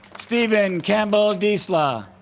steven campbell disla